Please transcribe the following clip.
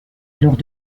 alors